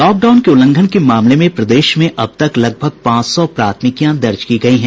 lockdown के उल्लंघन के मामले में प्रदेश में अब तक लगभग पांच सौ प्राथमिकियां दर्ज की गयी हैं